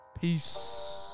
Peace